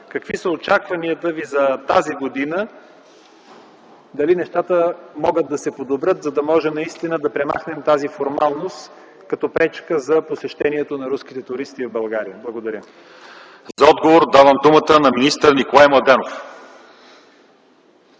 какви са очаквания Ви за тази година? Дали нещата могат да се подобрят, за да може наистина да премахнем тази формалност като пречка за посещенията на руските туристи в България? Благодаря. ПРЕДСЕДАТЕЛ ЛЪЧЕЗАР ИВАНОВ: Давам думата за отговор на министър Николай Младенов.